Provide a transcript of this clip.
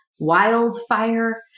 wildfire